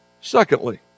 Secondly